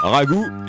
Ragout